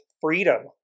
freedom